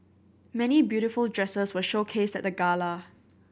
many beautiful dresses were showcased at the gala